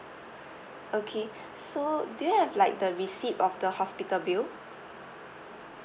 okay so do you have like the receipt of the hospital bill